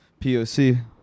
poc